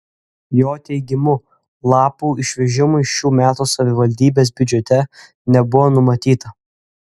jo teigimu lapų išvežimui šių metų savivaldybės biudžete nebuvo numatyta